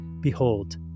Behold